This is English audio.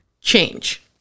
Change